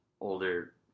older